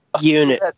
unit